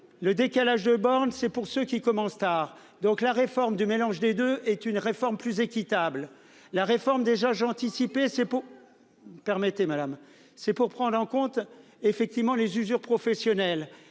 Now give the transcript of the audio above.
le décalage de bornes c'est pour ceux qui commencent tard donc la réforme du mélange des deux est une réforme plus équitable la réforme déjà j'anticiper ces pots. Permettez madame c'est pour prendre en compte effectivement les usure professionnelle